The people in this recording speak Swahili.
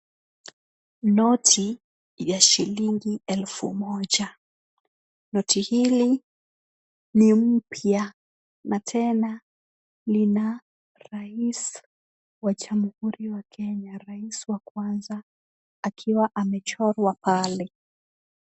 Noti ya shilingi elfu moja. Noti hii ni mpya na tena lina rais wa jamhuri wa Kenya rais wa kwanza akiwa amechorwa pale.